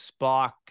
spock